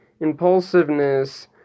Impulsiveness